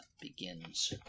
begins